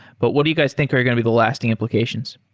but what do you guys think are going to be the lasting implications?